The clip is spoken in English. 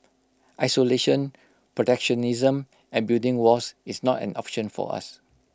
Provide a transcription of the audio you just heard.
isolation protectionism and building walls is not an option for us